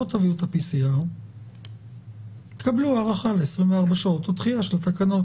אם לא תביאו את ה-PCR תקבלו הארכה ל-24 שעות או דחייה של התקנות.